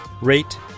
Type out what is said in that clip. rate